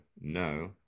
no